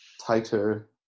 Tighter